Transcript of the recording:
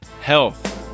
health